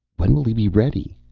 when will he be ready?